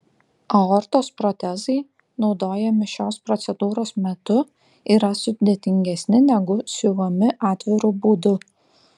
aortos protezai naudojami šios procedūros metu yra sudėtingesni negu siuvami atviru būdu